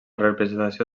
representació